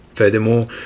Furthermore